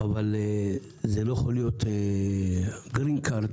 אבל זה לא יכול להיות גרין קארד